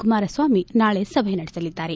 ಕುಮಾರಸ್ವಾಮಿ ನಾಳೆ ಸಭೆ ನಡೆಸಲಿದ್ದಾರೆ